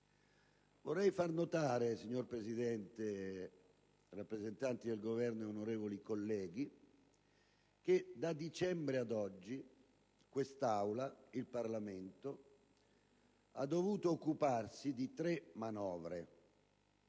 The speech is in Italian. Vorrei far notare, signora Presidente, rappresentanti del Governo, onorevoli colleghi, che da dicembre ad oggi quest'Aula e il Parlamento hanno dovuto occuparsi di tre manovre: